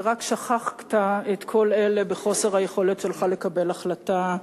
ורק שכחת את כל אלה בחוסר היכולת שלך לקבל החלטה.